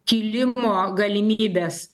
kėlimo galimybes